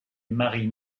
marie